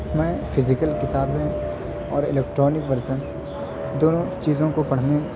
میں فیزیکل کتابیں اور الیکٹرانک ورزن دونوں چیزوں کو پڑھنے